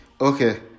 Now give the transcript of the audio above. Okay